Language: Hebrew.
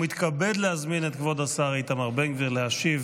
ומתכבד להזמין את כבוד השר איתמר בן גביר להשיב